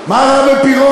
פירון, מה רע בפירון?